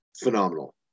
phenomenal